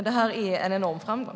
Det är en enorm framgång.